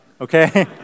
okay